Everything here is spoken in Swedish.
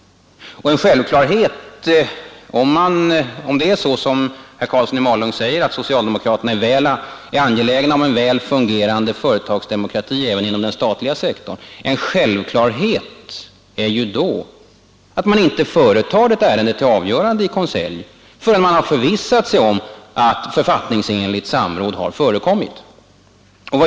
Om, som herr Karlsson i Malung säger, socialdemokraterna är angelägna om en väl fungerande företagsdemokrati även inom den statliga sektorn, är det självklart att man inte företar ett ärende till avgörande i konselj, förrän man har förvissat sig om att författningsenligt samråd har förekommit.